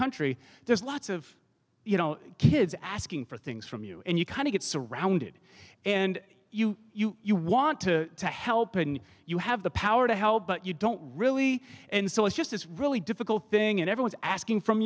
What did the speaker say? country there's lots of you know kids asking for things from you and you kind of get surrounded and you want to help and you have the power to help but you don't really and so it's just it's really difficult thing and everyone's asking from